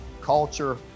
culture